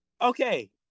Okay